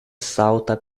salta